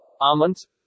almonds